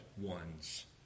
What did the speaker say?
ones